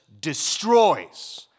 destroys